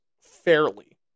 fairly